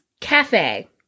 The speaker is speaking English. cafe